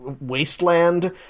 wasteland